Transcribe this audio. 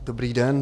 Dobrý den.